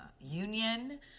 Union